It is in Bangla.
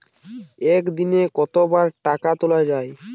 একদিনে কতবার টাকা তোলা য়ায়?